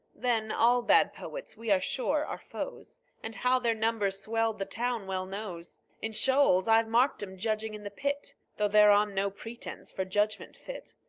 then, all bad poets we are sure are foes, and how their number's swelled the town well knows in shoals, i've marked em judging in the pit though they're on no pretence for judgment fit,